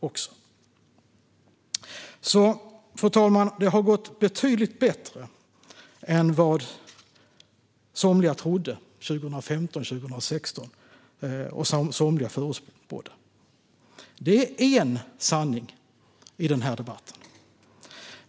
Fru talman! Det har gått betydligt bättre än vad somliga trodde och förespådde 2015-2016. Det är en sanning i den här debatten.